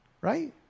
Right